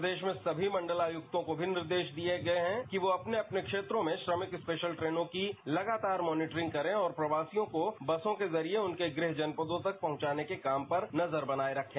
प्रदेश में सभी मंडल आयुक्तों को भी निर्देश दिए गए हैं कि वह अपने अपने क्षेत्रों में श्रमिक स्पेशल ट्रेनों की लगातार मॉनिटरिंग करें और प्रवासियों को बसों के जरिए उनके गृह जनपदों तक पहुंचाने के काम पर नजर बनाए रखें